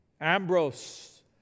Ambrose